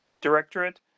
Directorate